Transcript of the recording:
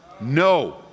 no